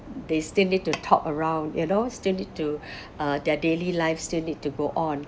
they still need to talk around you know still need to uh their daily life still need to go on